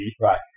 Right